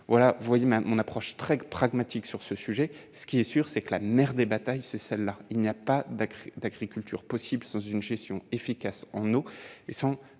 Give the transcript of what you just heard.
voilà, vous voyez mon approche très pragmatique sur ce sujet, ce qui est sûr, c'est que la mère des batailles, c'est celle-là, il n'y a pas d'agriculture possible sans une gestion efficace en haut et sans